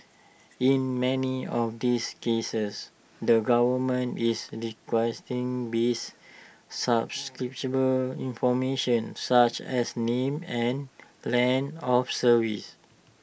in many of these cases the government is requesting basic subscriber information such as name and length of service